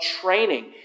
training